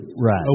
Right